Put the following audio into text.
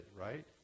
right